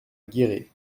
guéret